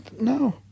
no